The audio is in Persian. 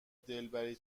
دلبری